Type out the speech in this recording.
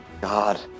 God